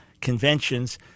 conventions